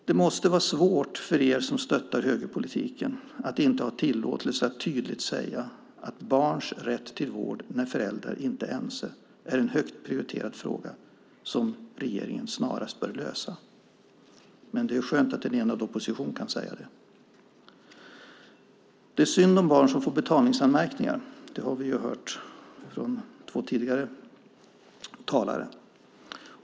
Det måste vara svårt för er som stöttat högerpolitiken att inte ha tillåtelse att tydligt säga att barns rätt till vård när föräldrar inte är ense är en högt prioriterad fråga som regeringen snarast bör lösa. Men det är skönt att en enad opposition kan säga det. Det är synd om barn som får betalningsanmärkningar. Det har vi hört från två tidigare talare.